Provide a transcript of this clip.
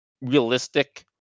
realistic